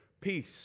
peace